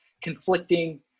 conflicting –